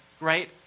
Right